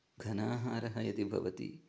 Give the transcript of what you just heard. घनाहारः यदि भवति